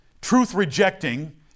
truth-rejecting